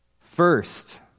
First